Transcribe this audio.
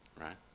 Right